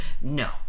No